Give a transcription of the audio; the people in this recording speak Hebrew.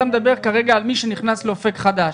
אתה מדבר כרגע על מי שנכנס לאופק חדש.